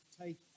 take